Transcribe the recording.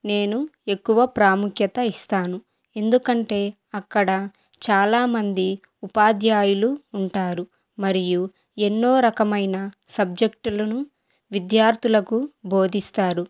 నేను ఎక్కువ ప్రాముఖ్యత ఇస్తాను ఎందుకంటే అక్కడ చాలామంది ఉపాధ్యాయులు ఉంటారు మరియు ఎన్నో రకమైన సబ్జెక్టులను విద్యార్థులకు బోధిస్తారు